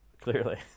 Clearly